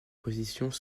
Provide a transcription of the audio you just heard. positions